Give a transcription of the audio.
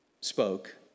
spoke